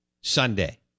Sunday